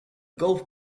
golf